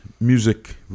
music